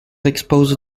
exposed